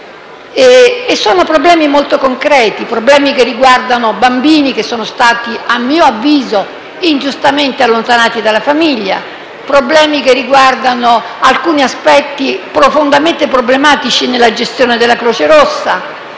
trattano problemi molto concreti che riguardano: bambini che sono stati - a mio avviso - ingiustamente allontanati dalla famiglia; alcuni aspetti profondamente problematici nella gestione della Croce Rossa;